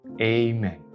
amen